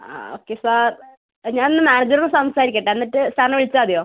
ആ okay sir ഞാനൊന്ന് മാനേജറോട് സംസാരിക്കട്ടെ എന്നിട്ട് സാറിനെ വിളിച്ചാൽ മതിയോ